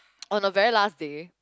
on the very last day